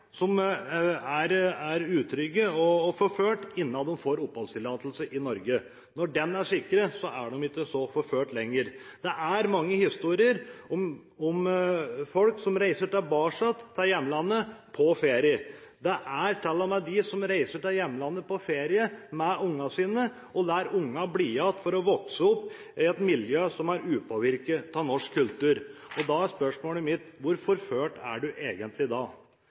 som er utrygge og forfulgt innen de får oppholdstillatelse i Norge. Når den er sikret, er de ikke så forfulgt lenger. Det er mange historier om folk som reiser tilbake til hjemlandet på ferie. Det er til og med de som reiser til hjemlandet på ferie med ungene sine og lar ungene bli igjen for å vokse opp i et miljø som er upåvirket av norsk kultur. Da er spørsmålet mitt: Hvor forfulgt er man egentlig da?